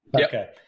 Okay